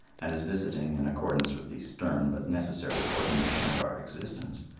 and as visiting, in accordance with the stern but necessary ordination of our existence,